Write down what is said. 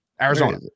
Arizona